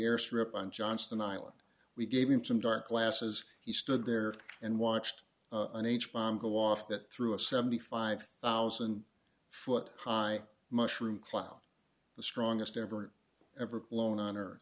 airstrip on johnston island we gave him some dark glasses he stood there and watched an h bomb go off that through a seventy five thousand foot high mushroom cloud the strongest ever ever flown on